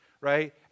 right